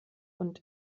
und